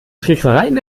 tricksereien